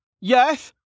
Yes